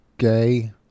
Gay